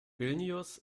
vilnius